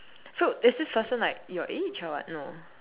so is this person like your age or what no